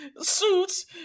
suits